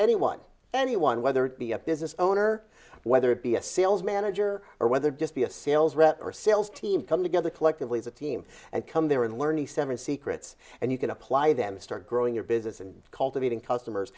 anyone anyone whether it be a business owner whether it be a sales manager or whether just be a sales rep or sales team come together collectively as a team and come there and learn and seven secrets and you can apply them start growing your business and cultivating customers